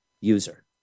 user